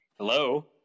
Hello